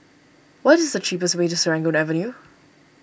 what is the cheapest way to Serangoon Avenue